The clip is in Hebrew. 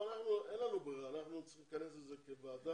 אין לנו ברירה, אנחנו צריכים להכנס לזה כוועדה.